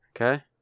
Okay